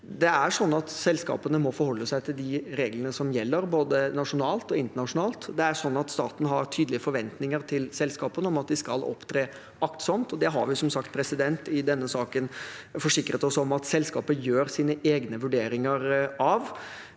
eier i. Selskapene må forholde seg til de reglene som gjelder, både nasjonalt og internasjonalt. Staten har tydelige forventninger til selskapene om at de skal opptre aktsomt, og det har vi i denne saken forsikret oss om at selskapet gjør sine egne vurderinger av.